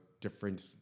different